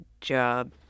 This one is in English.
job